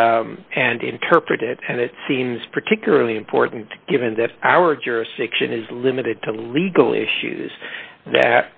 of and interpret it and it seems particularly important given that our jurisdiction is limited to legal issues that